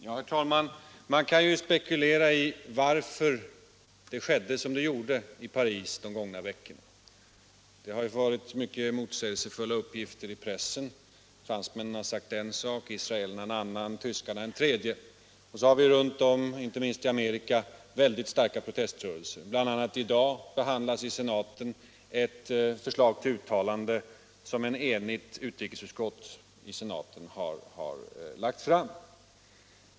Herr talman! Man kan ju spekulera i orsakerna till det som skedde i Paris de gångna veckorna. Det har varit mycket motsägelsefulla uppgifter i pressen. Fransmännen har sagt en sak, israelerna en annan, tyskarna en tredje. Runt om i världen, inte minst i Amerika, förekommer väldigt starka proteströrelser. Bl. a. behandlas i dag i den amerikanska senaten ett förslag till protestuttalande, som ett enigt utrikesutskott har lagt fram.